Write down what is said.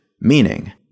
meaning